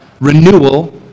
Renewal